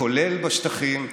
כולל בשטחים.